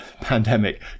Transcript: pandemic